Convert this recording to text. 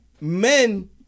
Men